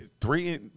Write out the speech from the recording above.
Three